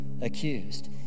accused